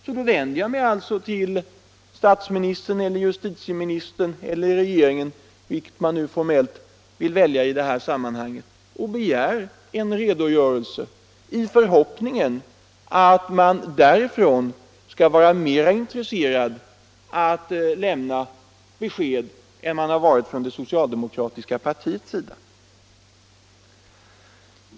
Då vänder jag mig alltså till statsministern, justitieministern eller regeringen, beroende på vilken 115 man formellt vill välja i detta sammanhang, och begär en redogörelse i förhoppningen att man därifrån skall vara mera intresserad av att lämna besked än man varit från det socialdemokratiska partiets sida.